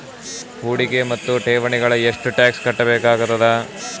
ಹೂಡಿಕೆ ಮತ್ತು ಠೇವಣಿಗಳಿಗ ಎಷ್ಟ ಟಾಕ್ಸ್ ಕಟ್ಟಬೇಕಾಗತದ?